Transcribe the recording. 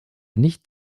nicht